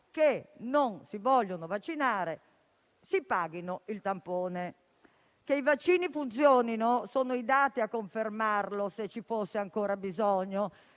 che non si vogliono vaccinare, si paghino il tampone. Che i vaccini funzionino sono i dati a confermarlo, se ce ne fosse ancora bisogno.